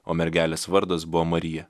o mergelės vardas buvo marija